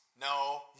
No